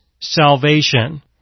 salvation